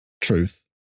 truth